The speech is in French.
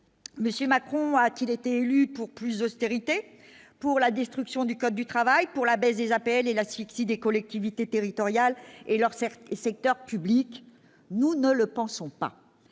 Macron a-t-il été élu pour plus austérité pour la destruction du code du travail pour la baisse des APL et l'asphyxie des collectivités territoriales et leur certes et secteur public, nous ne le pensons pas